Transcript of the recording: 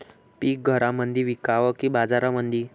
पीक घरामंदी विकावं की बाजारामंदी?